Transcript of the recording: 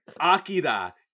Akira